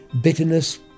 bitterness